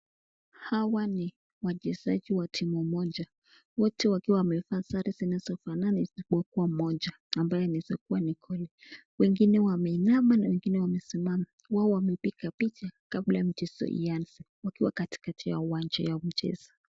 Hawa ni wachezaji wa timu moja wakiwa wamefaa sare zinazofana isipokulwa moja ambaye inawezakuwa ni goal keeper , wengine wameinama na wengine wamesimama wao wamepika picha kabla ya mchezo ianze katikati wa mchezo.